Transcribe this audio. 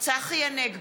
צחי הנגבי,